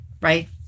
right